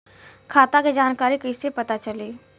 खाता के जानकारी कइसे पता चली?